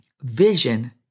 vision